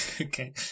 Okay